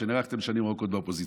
או שנערכתם לשנים ארוכות באופוזיציה?